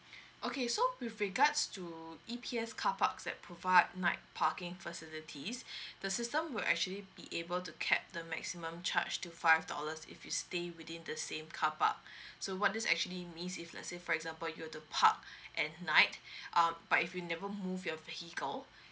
okay so with regards to E_P_S car parks that provide night parking facilities the system will actually be able to cap the maximum charge to five dollars if you stay within the same car park so what this actually means if let's say for example you have to park at night um but if you never move your vehicle